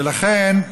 ולכן,